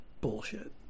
bullshit